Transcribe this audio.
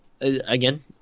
again